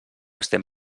estem